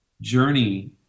journey